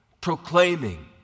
proclaiming